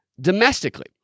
domestically